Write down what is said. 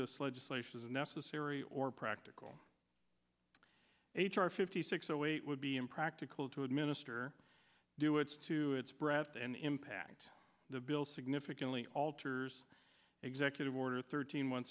this legislation is necessary or practical h r fifty six so it would be impractical to administer do its to its breath and impact the bill significantly alters executive order thirteen one